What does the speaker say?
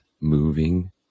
moving